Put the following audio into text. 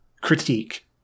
critique